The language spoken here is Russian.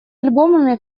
альбомами